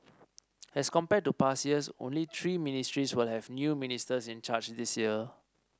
as compared to past years only three ministries will have new ministers in charge this year